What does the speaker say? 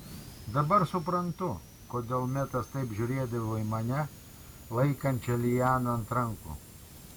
dabar suprantu kodėl metas taip žiūrėdavo į mane laikančią lianą ant rankų